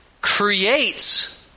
creates